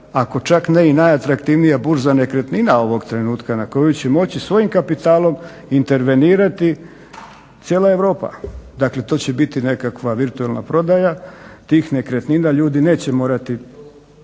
ako čak ne i najatraktivnija burza nekretnina ovog trenutka na koju će moći svojim kapitalom intervenirati cijela Europa. Dakle to će biti nekakva virtualna prodaja tih nekretnina. Ljudi neće morati